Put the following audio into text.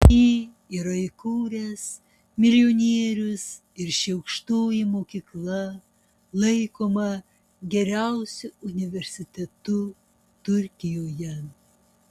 jį yra įkūręs milijonierius ir ši aukštoji mokykla laikoma geriausiu universitetu turkijoje